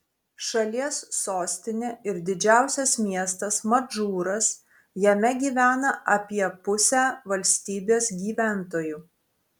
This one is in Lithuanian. šalies sostinė ir didžiausias miestas madžūras jame gyvena apie pusę valstybės gyventojų